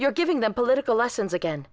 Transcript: you're giving them political lessons again